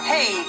Hey